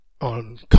on